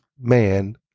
man